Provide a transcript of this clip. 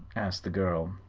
asked the girl.